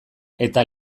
eta